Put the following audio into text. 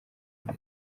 nde